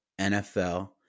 NFL